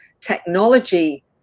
technology